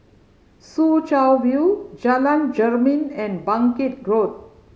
Soo Chow View Jalan Jermin and Bangkit Road